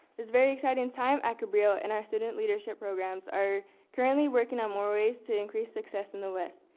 this very exciting time at cabrillo and our student leadership programs are currently working on more ways to increase success in the west.